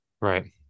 right